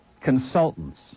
Consultants